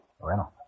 Bueno